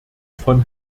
von